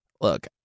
Look